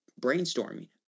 brainstorming